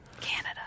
Canada